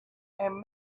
and